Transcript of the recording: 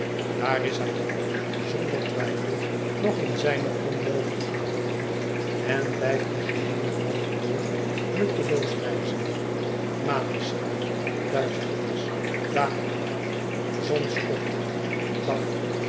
daar is hij dan zonder twijfel nog in zijne onmogelijke houding en blijft den geheelen nacht door nutteloos wijzen maneschijn duisternis dageraad zonsopgang dag